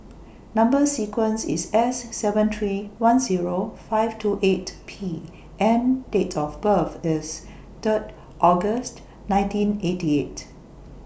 Number sequence IS S seven three one Zero five two eight P and Date of birth IS Third August nineteen eighty eight